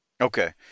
Okay